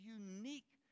unique